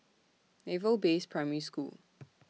Naval Base Primary School